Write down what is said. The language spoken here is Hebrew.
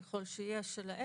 ככל שיש לו,